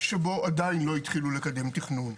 שבו עדיין לא התחילו לקדם תכנון.